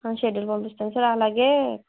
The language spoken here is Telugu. షెడ్యూల్ పంపిస్తాము సార్ అలాగే